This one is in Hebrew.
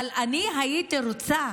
אבל אני הייתי רוצה